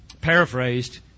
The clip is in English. paraphrased